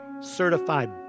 certified